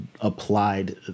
applied